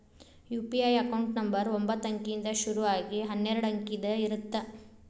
UPI account number ಒಂಬತ್ತ ಅಂಕಿಯಿಂದ್ ಶುರು ಆಗಿ ಹನ್ನೆರಡ ಅಂಕಿದ್ ಇರತ್ತ